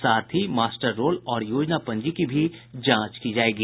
साथ ही साथ मास्टर रोल और योजना पंजी की भी जांच की जायेगी